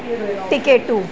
टिकेटूं